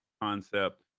concept